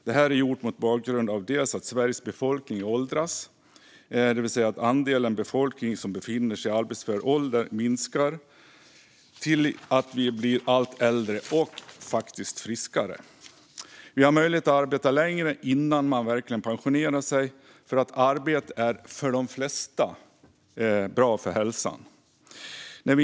Detta föreslås dels mot bakgrund av att Sveriges befolkning åldras, det vill säga att den andel av befolkningen som befinner sig i arbetsför ålder minskar, dels mot bakgrund av att vi blir allt äldre - och faktiskt friskare. Vi har möjlighet att arbeta längre innan vi pensionerar oss, och för de flesta är arbete bra för hälsan.